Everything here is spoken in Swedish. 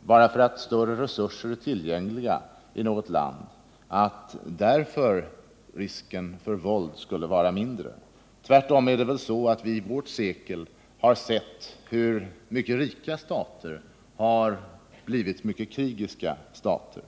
bara därför att större resurser är tillgängliga i något land, skulle risken för våld där vara mindre. Tvärtom är det väl så, att vi i vårt sekel har sett hur även mycket rika stater har blivit mycket krigiska stater.